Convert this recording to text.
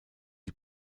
die